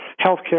healthcare